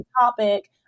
topic